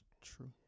true